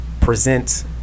present